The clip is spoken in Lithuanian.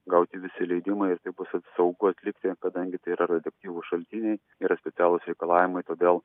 gauti visi leidimai ir tai bus saugu atlikti kadangi tai yra radioaktyvūs šaltiniai yra specialūs reikalavimai todėl